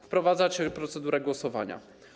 Wprowadzacie procedurę głosowania.